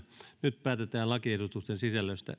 nyt päätetään lakiehdotusten sisällöstä